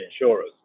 insurers